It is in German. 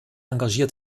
engagiert